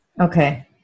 Okay